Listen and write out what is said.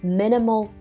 minimal